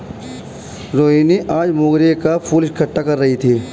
रोहिनी आज मोंगरे का फूल इकट्ठा कर रही थी